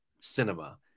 cinema